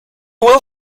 will